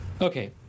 Okay